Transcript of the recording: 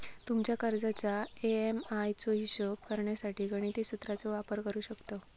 तुमच्या कर्जाच्या ए.एम.आय चो हिशोब करण्यासाठी गणिती सुत्राचो वापर करू शकतव